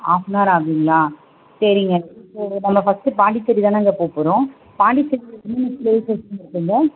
half an hour ஆகுங்களா சரிங்க இப்போது நம்ம ஃபஸ்ட்டு பாண்டிச்சேரிதானேங்க போக போகிறோம் பாண்டிச்சேரியில் என்னென்ன ப்ளேஸஸ் இருக்குதுங்க